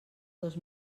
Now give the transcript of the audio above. dos